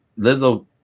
Lizzo